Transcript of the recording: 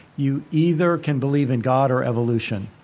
you either can believe in god or evolution.